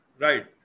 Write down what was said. Right